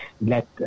let